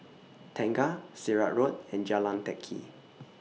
Tengah Sirat Road and Jalan Teck Kee